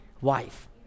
wife